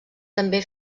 també